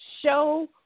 show